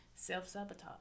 self-sabotage